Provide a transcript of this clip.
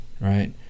right